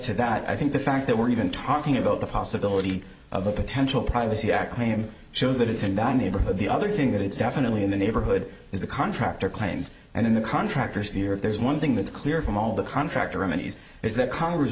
to that i think the fact that we're even talking about the possibility of a potential privacy act name shows that it's in that neighborhood the other thing that it's definitely in the neighborhood is the contractor claims and then the contractors view if there's one thing that's clear from all the contractor romany's is that congress